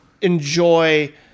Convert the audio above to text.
enjoy